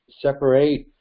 separate